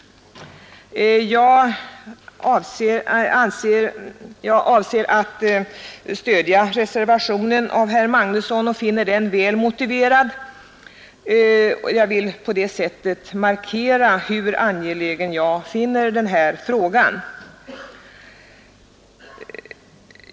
Jag avser att stödja herr Magnussons reservation, som jag finner väl motiverad, och vill på det sättet markera hur angelägen jag bedömer att den här frågan är.